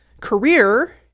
career